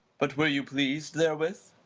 but were you pleased therewith? isa.